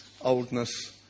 oldness